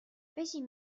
بشین